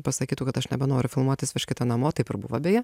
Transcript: pasakytų kad aš nebenoriu filmuotis vežkite namo taip ir buvo beje